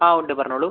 ആ ഉണ്ട് പറഞ്ഞോളൂ